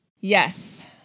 Yes